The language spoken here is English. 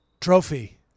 trophy